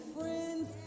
friends